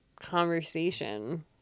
conversation